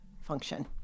function